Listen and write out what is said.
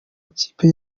ikipi